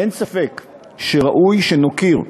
אין ספק שראוי שנוקיר,